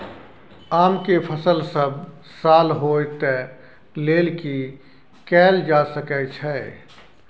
आम के फसल सब साल होय तै लेल की कैल जा सकै छै?